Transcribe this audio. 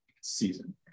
season